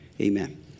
amen